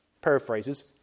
paraphrases